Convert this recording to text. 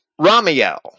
Ramiel